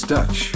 Dutch